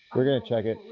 we're gonna check it.